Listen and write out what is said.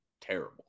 terrible